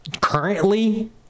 currently